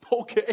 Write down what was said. Okay